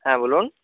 হ্যাঁ বলুন